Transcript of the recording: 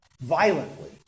violently